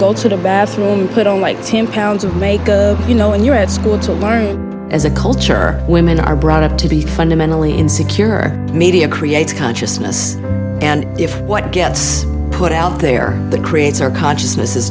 go to the bathroom put on my team pounds and make you know when you're at school to learn as a culture women are brought up to be fundamentally in secure media creates consciousness and if what gets put out there that creates our consciousness is